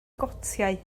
gotiau